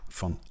van